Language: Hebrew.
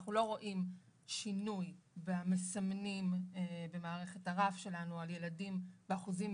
אנחנו לא רואים שינוי במסמנים במערכת הרף שלנו על ילדים באחוזים